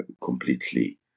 completely